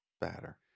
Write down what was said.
batter